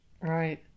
Right